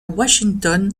washington